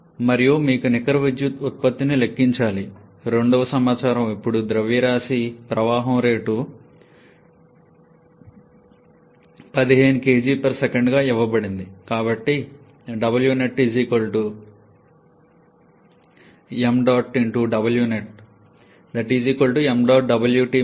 మరియు మీకు నికర విద్యుత్ ఉత్పత్తిని లెక్కించాలి రెండవ సమాచారం ఇప్పుడు ద్రవ్యరాశి ప్రవాహం రేటు 15 kgs గా ఇవ్వబడింది